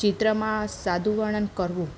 ચિત્રમાં સાદું વર્ણન કરવું